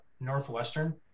Northwestern